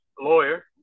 lawyer